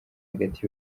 hagati